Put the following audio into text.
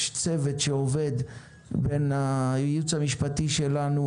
יש צוות שעובד בייעוץ המשפטי שלנו,